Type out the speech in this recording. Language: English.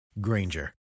Granger